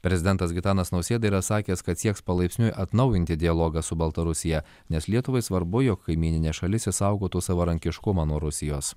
prezidentas gitanas nausėda yra sakęs kad sieks palaipsniui atnaujinti dialogą su baltarusija nes lietuvai svarbu jog kaimyninė šalis išsaugotų savarankiškumą nuo rusijos